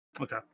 Okay